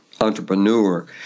entrepreneur